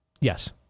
Yes